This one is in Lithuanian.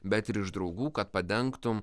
bet ir iš draugų kad padengtum